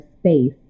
space